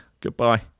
goodbye